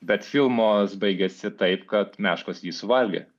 bet filmas baigėsi taip kad meškos jį suvalgė